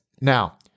now